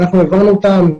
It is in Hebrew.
והעברנו אותם.